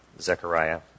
Zechariah